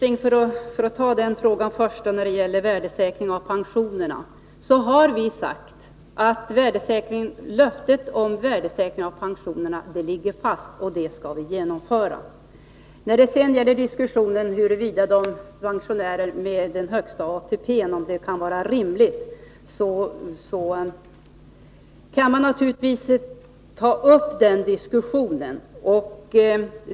Herr talman! Jag skall först ta frågan om värdesäkringen av pensionerna. Vi har sagt att löftet om värdesäkring av pensionerna ligger fast och att vi skall uppfylla det. Man kan naturligtvis diskutera om det är rimligt att värdesäkringen också skall gälla för pensionärer med den högsta ATP inkomsten.